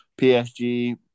PSG